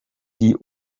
die